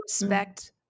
respect